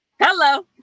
Hello